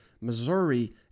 Missouri